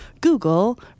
Google